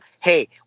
Hey